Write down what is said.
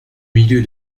milieu